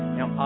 Now